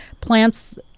plants